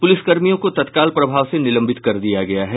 पुलिसकर्मियों को तत्काल प्रभाव से निलंबित कर दिया गया है